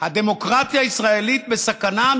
הדמוקרטיה הישראלית בסכנה,